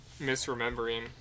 misremembering